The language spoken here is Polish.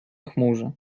chmurze